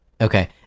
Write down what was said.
Okay